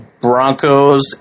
Broncos